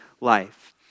life